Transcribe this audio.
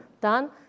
Done